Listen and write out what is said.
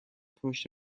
push